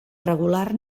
regular